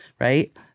right